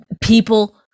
people